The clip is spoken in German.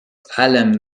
allem